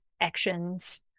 actions